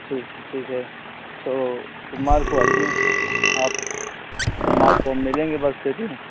ठीक है ठीक है तो सोमवार को आइए आप सोमवार को मिलेंगे बक्से में